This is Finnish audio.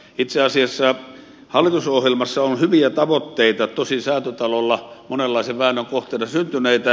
itse asiassa hallitusohjelmassa on hyviä tavoitteita tosin säätytalolla monenlaisen väännön kohteena syntyneitä